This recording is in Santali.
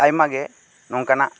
ᱟᱭᱢᱟ ᱜᱮ ᱱᱚᱝᱠᱟᱱᱟᱜ